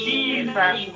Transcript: Jesus